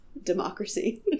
democracy